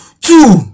Two